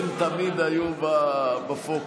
הן תמיד היו בפוקוס,